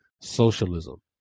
socialism